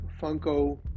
Funko